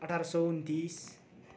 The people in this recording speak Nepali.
अठार सय उनन्तिस